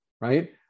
right